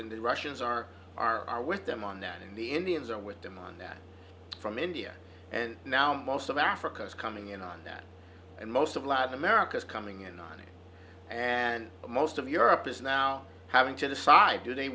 and the russians are are are with them on that in the indians and with them on that from india and now most of africa is coming in on that and most of latin america is coming in on it and most of europe is now having to decide do they